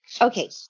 Okay